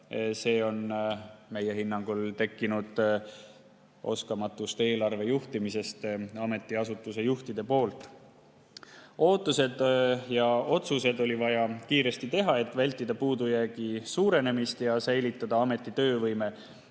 see on meie hinnangul tekkinud oskamatust eelarve juhtimisest ametiasutuse juhtide poolt. Otsused oli vaja kiiresti teha, et vältida puudujäägi suurenemist ja säilitada ameti töövõime.